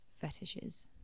fetishes